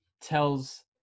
tells